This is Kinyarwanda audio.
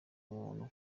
umuntu